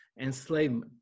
enslavement